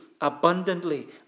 abundantly